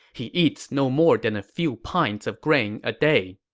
he eats no more than a few pints of grain a day.